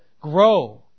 grow